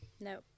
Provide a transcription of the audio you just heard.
No